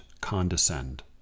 condescend